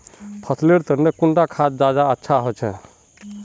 फसल लेर तने कुंडा खाद ज्यादा अच्छा होचे?